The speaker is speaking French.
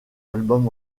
album